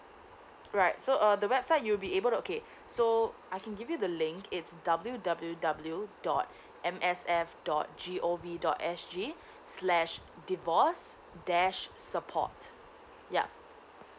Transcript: right so uh the website you will be able to okay so I can give you the link it's w w w dot M S F dot g o v dot s g slash divorce dash support yeah